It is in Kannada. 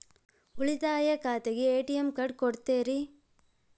ಉಳಿತಾಯ ಖಾತೆಗೆ ಎ.ಟಿ.ಎಂ ಕಾರ್ಡ್ ಕೊಡ್ತೇರಿ?